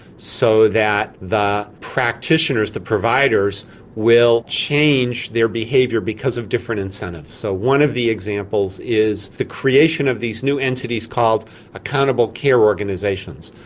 so that the practitioners, the providers will change their behaviour because of different incentives. so one of the examples is the creation of these new entities called accountable care organisations.